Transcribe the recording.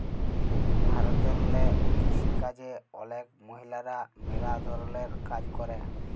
ভারতেল্লে কিসিকাজে অলেক মহিলারা ম্যালা ধরলের কাজ ক্যরে